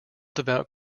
devout